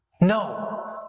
No